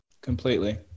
completely